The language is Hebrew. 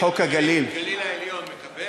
וחוק הגליל, הגליל העליון מקבל?